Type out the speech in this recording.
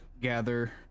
gather